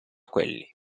quelli